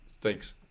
Thanks